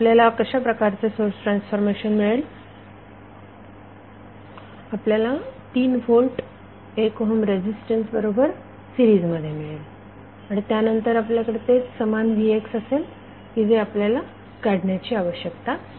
तर आपल्याला कशा प्रकारचे सोर्स ट्रान्सफॉर्मेशन मिळेल आपल्याला 3 व्होल्ट 1 ओहम रेझीस्टन्स बरोबर सीरिजमध्ये मिळेल आणि त्यानंतर आपल्याकडे तेच समान vx असेल की जे आपल्याला काढण्याची आवश्यकता आहे